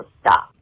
stop